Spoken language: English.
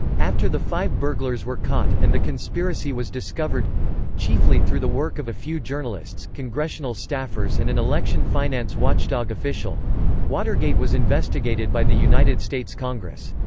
after the five burglars were caught, and the conspiracy was discovered chiefly through the work of a few journalists, congressional staffers and an election-finance watchdog official watergate was investigated by the united states congress.